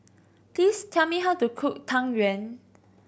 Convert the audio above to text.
please tell me how to cook Tang Yuen